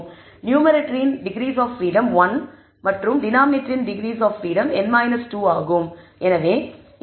நியூமேரேட்டரின் degrees of freedom 1 மற்றும் டினாமினேட்டரின் degrees of freedom n 2 ஆகும்